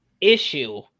issue